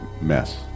mess